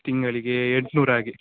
ತಿಂಗಳಿಗೆ ಎಂಟುನೂರು ಹಾಗೇ